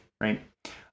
Right